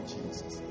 Jesus